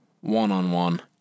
one-on-one